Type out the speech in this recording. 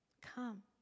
Come